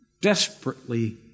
desperately